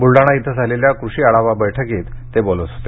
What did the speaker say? बुलडाणा इथ झालेल्या कृषी आढावा बैठकीत ते बोलत होते